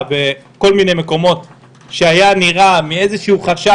בכל מיני מקומות בהם היה איזשהו חשד,